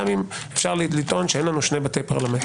נכון, אין לנו שני בתי פרלמנט.